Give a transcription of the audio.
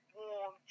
warm